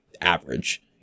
average